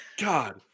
god